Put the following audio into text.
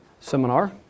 seminar